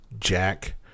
Jack